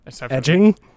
Edging